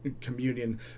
communion